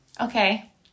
Okay